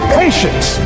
patience